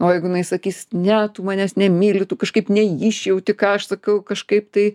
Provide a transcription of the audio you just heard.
o jeigu jinai sakys ne tu manęs nemyli tu kažkaip neišjauti ką aš sakau kažkaip tai